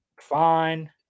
fine